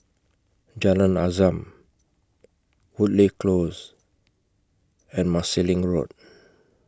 Jalan Azam Woodleigh Close and Marsiling Road